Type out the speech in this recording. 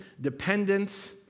dependence